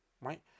right